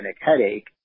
headache